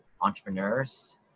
Entrepreneurs